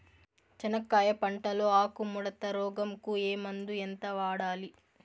చెనక్కాయ పంట లో ఆకు ముడత రోగం కు ఏ మందు ఎంత వాడాలి?